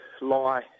lie